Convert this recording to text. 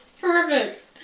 Perfect